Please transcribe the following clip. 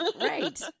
right